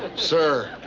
sir,